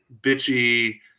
bitchy